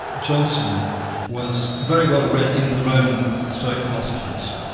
johnson was very well read in the roman stoic philosophers.